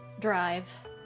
drive